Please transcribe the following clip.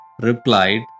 replied